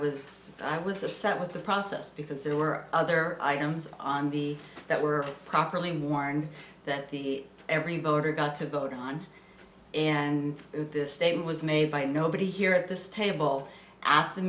was i was upset with the process because there were other items on the that were properly mourn that the everybody got to go down and this statement was made by nobody here at this table after